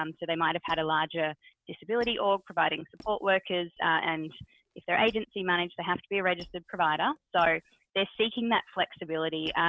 um they might have had a larger disability org providing support workers and if their agency managed, they have to be a registered provider. so they're seeking that flexibility.